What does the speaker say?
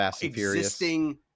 existing